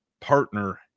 partner